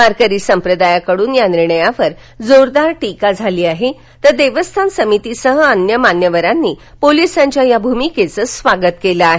वारकरी सांप्रदायाकडून या निर्णयावर जोरदार टीका झाली आहे तर देवस्थान समितीसह अन्य मान्यवरांनी पोलिसांच्या या भूमिकेचं स्वागत केलं आहे